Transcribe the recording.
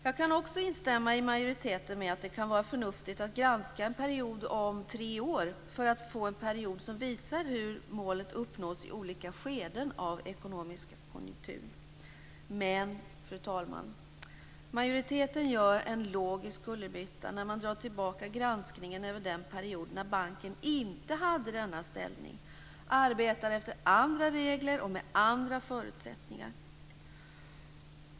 Jag kan också instämma med majoriteten i att det kan vara förnuftigt att granska en period om tre år för att få en period som visar hur målen uppnås i olika skeden av en ekonomisk konjunktur. Men, fru talman, majoriteten gör en logisk kullerbytta när man drar tillbaka granskningen av den period då banken inte hade denna ställning och arbetade efter andra regler och med andra förutsättningar.